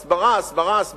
הסברה, הסברה, הסברה.